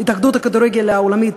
התאחדות הכדורגל העולמית,